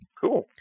Cool